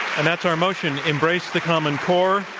and that's our motion, embrace the common core.